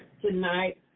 tonight